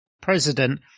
president